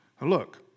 Look